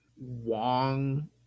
wong